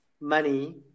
money